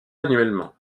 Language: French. annuellement